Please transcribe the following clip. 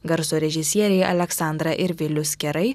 garso režisieriai aleksandra ir vilius kerai